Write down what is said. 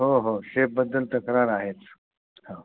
हो हो शेफबद्दल तक्रार आहेच हो